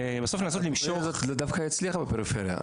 ובסוף לנסות למשוך --- זה דווקא הצליח בפריפריה.